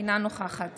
אינה נוכחת